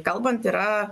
kalbant yra